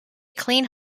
clean